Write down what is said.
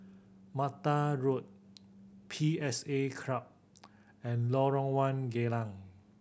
Mata Road P S A Club and Lorong One Geylang